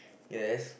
yes